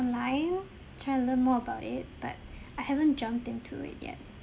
online you try and learn more about it but I haven't jumped into it yet